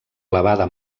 elevada